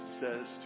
says